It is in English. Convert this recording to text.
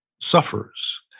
suffers